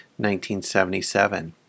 1977